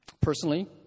personally